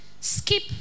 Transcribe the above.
skip